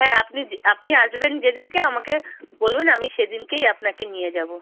হ্যাঁ আপনি যে আপনি আসবেন যেদিনকে আমাকে বলুন আমি সেদিনকেই আপনাকে নিয়ে যাবো